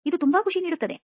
ಇದು ತುಂಬಾ ಖುಷಿ ನೀಡುತ್ತದೆ